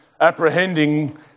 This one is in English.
Apprehending